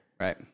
Right